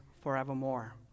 forevermore